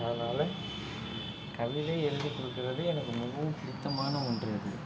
அதனால் கவிதை எழுதி கொடுக்கறது எனக்கு மிகவும் பிடித்தமான ஒன்று அது